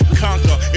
conquer